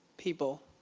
people.